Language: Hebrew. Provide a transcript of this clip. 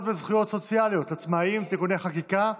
וזכויות סוציאליות לעצמאים (תיקוני חקיקה),